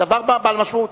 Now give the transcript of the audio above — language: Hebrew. זה דבר בעל משמעות.